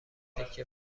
تکه